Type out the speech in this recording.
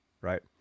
right